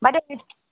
বাইদেউ